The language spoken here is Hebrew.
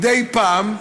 מדי פעם,